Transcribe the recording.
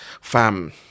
Fam